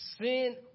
sin